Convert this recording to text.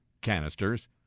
canisters